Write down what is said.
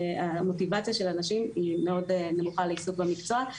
המוטיבציה של אנשים היא מאוד נמוכה לעיסוק במקצוע.